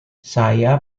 saya